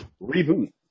reboot